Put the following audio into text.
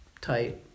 tight